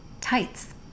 tights